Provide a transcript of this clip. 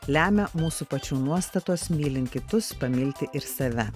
lemia mūsų pačių nuostatos mylint kitus pamilti ir save